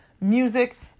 music